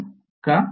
नाही का